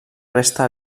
resta